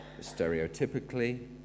stereotypically